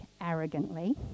arrogantly